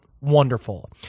wonderful